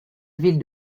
ville